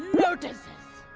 lotuses!